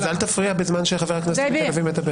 אז אל תפריע בזמן שחבר הכנסת --- לדבר.